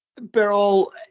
Beryl